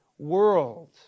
world